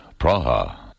Praha